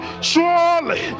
surely